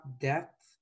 depth